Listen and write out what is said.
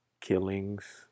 killings